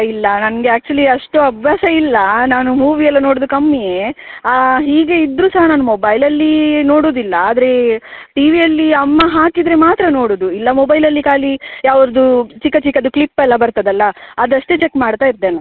ಇಲ್ಲ ನನಗೆ ಆ್ಯಕ್ಚುವಲಿ ಅಷ್ಟು ಅಭ್ಯಾಸ ಇಲ್ಲ ನಾನು ಮೂವಿ ಎಲ್ಲ ನೋಡೋದು ಕಮ್ಮಿಯೇ ಹೀಗೆ ಇದ್ದರೂ ಸಹ ನನ್ನ ಮೊಬೈಲಲ್ಲಿ ನೋಡೋದಿಲ್ಲ ಆದರೆ ಟಿ ವಿಯಲ್ಲಿ ಅಮ್ಮ ಹಾಕಿದರೆ ಮಾತ್ರ ನೋಡೋದು ಇಲ್ಲ ಮೊಬೈಲಲ್ಲಿ ಖಾಲಿ ಅವರ್ದು ಚಿಕ್ಕ ಚಿಕ್ಕದು ಕ್ಲಿಪ್ ಎಲ್ಲ ಬರ್ತದಲ್ಲ ಅದಷ್ಟೇ ಚೆಕ್ ಮಾಡ್ತಾ ಇರ್ತೇನೆ